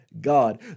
God